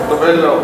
בכלא.